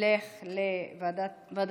שתלך לוועדת הכנסת.